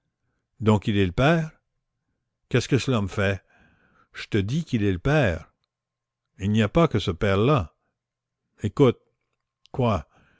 donc il est le père qu'est-ce que cela me fait je te dis qu'il est le père il n'y a pas que ce père là écoute quoi